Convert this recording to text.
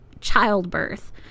childbirth